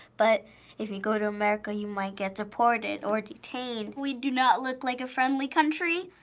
but if you go to america, you might get deported or detained. we do not look like a friendly country,